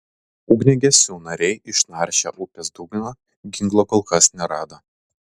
ugniagesių narai išnaršę upės dugną ginklo kol kas nerado